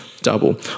double